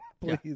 please